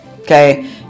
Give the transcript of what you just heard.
okay